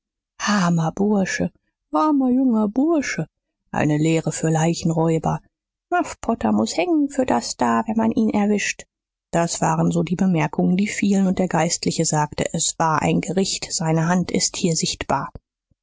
armer bursche armer junger bursche eine lehre für leichenräuber muff potter muß hängen für das da wenn man ihn erwischt das waren so die bemerkungen die fielen und der geistliche sagte es war ein gericht seine hand ist hier sichtbar